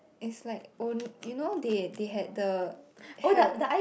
it's like oh you know they they had the health